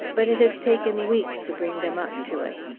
but it has taken weeks to bring them up to it.